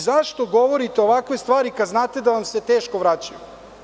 Zašto govorite ovakve stvari kad znate da vam se teško vraćaju.